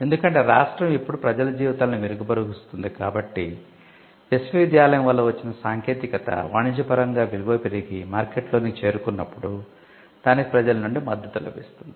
ఎందుకంటే రాష్ట్రం ఇప్పుడు ప్రజల జీవితాలను మెరుగుపరుస్తోంది కాబట్టి విశ్వవిద్యాలయo వల్ల వచ్చిన సాంకేతికత వాణిజ్యపరంగా విలువ పెరిగి మార్కెట్ లోనికి చేరుకున్నప్పుడు దానికి ప్రజల నుండి మద్దతు లభిస్తుంది